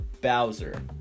Bowser